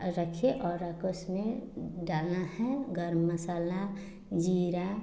रखिए और रखकर उसमें डालना है गर्म मसाला जीरा